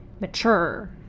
mature